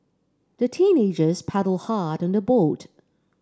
the teenagers paddled hard on their boat